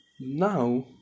now